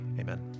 Amen